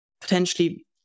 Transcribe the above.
potentially